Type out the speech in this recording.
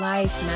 Life